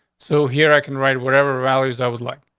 so here i can write whatever rallies i was like,